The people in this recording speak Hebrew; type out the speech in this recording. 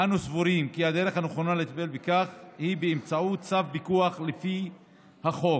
אנו סבורים כי הדרך הנכונה לטפל בכך היא באמצעות צו פיקוח לפי החוק.